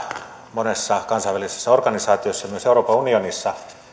monessa kansainvälisessä organisaatiossa myös euroopan unionissa